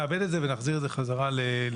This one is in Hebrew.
נעבד את זה ונחזיר את זה חזרה לאישור.